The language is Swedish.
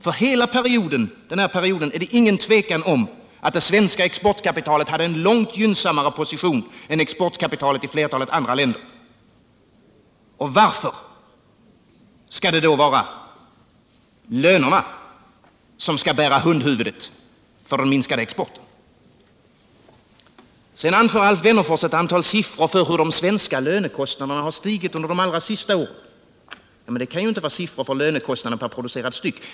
För hela denna period råder inget tvivel om att det svenska exportkapitalet hade en långt gynnsammare position än exportkapitalet i flertalet andra länder. Varför skall då lönerna bära hundhuvudet för den minskade exporten? Sedan anför Alf Wennerfors ett antal siffror för hur de svenska lönekostnaderna stigit under de allra senaste åren. Men det kan inte vara siffror för lönekostnaderna per producerad enhet.